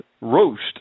roast